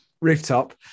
rooftop